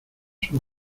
sus